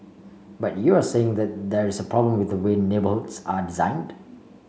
but you're saying that there is problem with the way neighbourhoods are designed